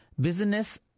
business